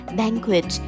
banquet